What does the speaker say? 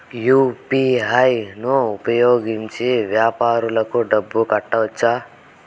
UPI ను ఉపయోగించి వ్యాపారాలకు డబ్బులు కట్టొచ్చా?